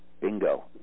bingo